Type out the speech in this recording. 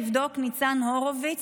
תבדוק: "ניצן הורוביץ,